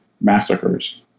massacres